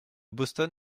boston